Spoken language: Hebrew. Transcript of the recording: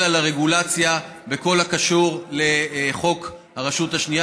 את הרגולציה בכל הקשור לחוק הרשות השנייה,